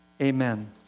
amen